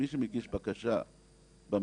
מי שמגיש בקשה במתקן,